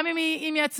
גם אם היא עצמאית,